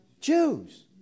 Jews